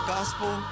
Gospel